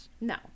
no